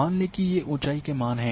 मान लें कि ये ऊँचाई के मान हैं